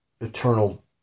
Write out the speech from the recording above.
eternal